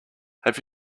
have